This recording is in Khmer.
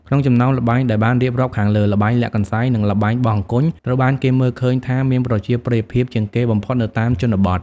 ក្នុងចំណោមល្បែងដែលបានរៀបរាប់ខាងលើ ល្បែងលាក់កន្សែង និង ល្បែងបោះអង្គញ់ ត្រូវបានគេមើលឃើញថាមានប្រជាប្រិយភាពជាងគេបំផុតនៅតាមជនបទ ។